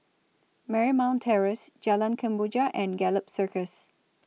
Marymount Terrace Jalan Kemboja and Gallop Circus